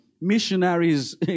Missionaries